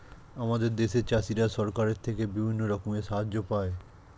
আমাদের দেশের চাষিরা সরকারের থেকে বিভিন্ন রকমের সাহায্য পায়